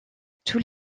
tous